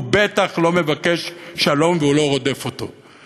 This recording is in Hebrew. הוא בטח לא מבקש שלום והוא לא רודף אותו.